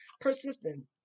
persistent